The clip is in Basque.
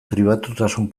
pribatutasun